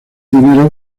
dinero